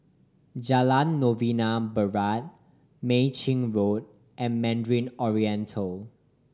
Jalan Novena Barat Mei Chin Road and Mandarin Oriental